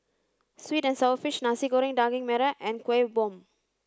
sweet and sour fish Nasi Goreng Daging Merah and Kuih Bom